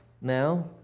now